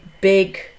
big